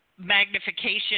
Magnification